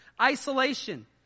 Isolation